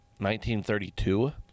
1932